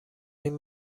این